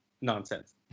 nonsense